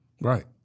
Right